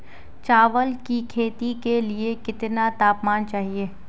चावल की खेती के लिए कितना तापमान चाहिए?